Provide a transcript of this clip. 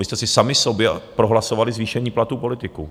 Vy jste si sami sobě prohlasovali zvýšení platů politiků.